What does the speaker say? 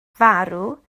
farw